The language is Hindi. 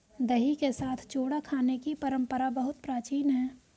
दही के साथ चूड़ा खाने की परंपरा बहुत प्राचीन है